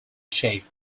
shape